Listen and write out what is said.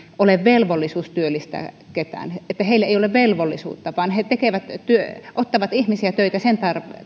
ole velvollisuutta työllistää ketään heillä ei ole velvollisuutta vaan he ottavat ihmisiä töihin sen